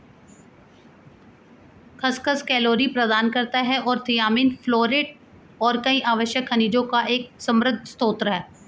खसखस कैलोरी प्रदान करता है और थियामिन, फोलेट और कई आवश्यक खनिजों का एक समृद्ध स्रोत है